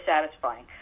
satisfying